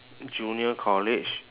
junior college